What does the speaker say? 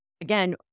again